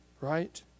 right